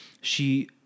she-